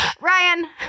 Ryan